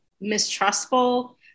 mistrustful